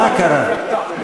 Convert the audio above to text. מה קרה?